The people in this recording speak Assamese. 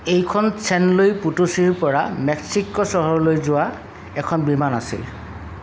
এইখন ছেন লুই পোটোছিৰ পৰা মেক্সিকো চহৰলৈ যোৱা এখন বিমান আছিল